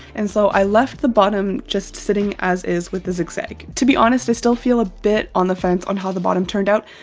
and so i left the bottom just sitting as is with the zigzag. to be honest, still feel a bit on the fence on how the bottom turned out.